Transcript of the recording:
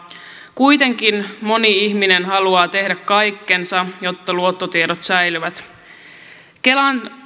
kuitenkin moni ihminen haluaa tehdä kaikkensa jotta luottotiedot säilyvät tämä kelan